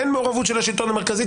אין מעורבות של השלטון המרכזי,